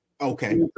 okay